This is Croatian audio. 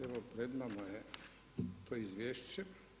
Evo pred nama je to izvješće.